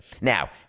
Now